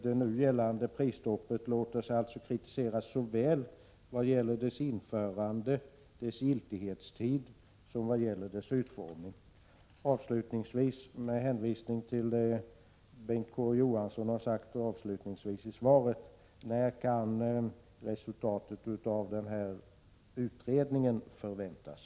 Det nu gällande prisstoppet låter sig alltså kritiseras såväl vad gäller dess införande och dess giltighet som dess utformning. Slutligen vill jag fråga, med hänvisning till det som Bengt K. Å. Johansson sade i slutet av sitt svar: När kan resultatet av den nämnda utredningen förväntas?